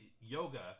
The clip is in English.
yoga